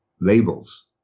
labels